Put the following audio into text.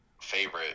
favorite